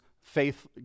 faith